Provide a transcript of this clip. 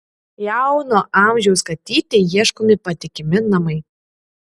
jauno amžiaus katytei ieškomi patikimi namai